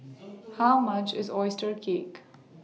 How much IS Oyster Cake